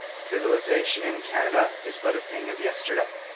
civilization in canada is but a thing of yesterday,